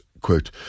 quote